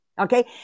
okay